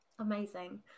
amazing